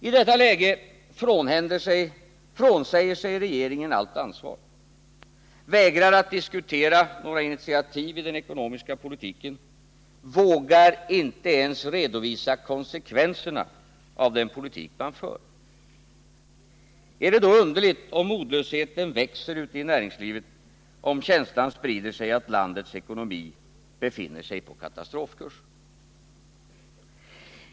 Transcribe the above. I detta läge frånsäger sig regeringen allt ansvar, vägrar att diskutera några initiativ i den ekonomiska politiken, vågar inte ens redovisa konsekvenserna av den politik man för. Är det då underligt om modlösheten växer ute i näringslivet, om känslan sprider sig att landets ekonomi befinner sig på katastrofkurs?